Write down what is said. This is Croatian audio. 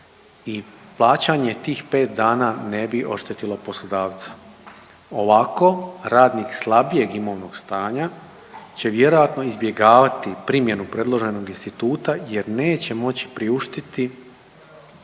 i plaćanje tih 5 dana ne bi oštetilo poslodavca. Ovako radnik slabijeg imovnog stanja će vjerojatno izbjegavati primjenu predloženog instituta jer neće moći priuštiti